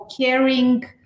caring